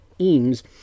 Eames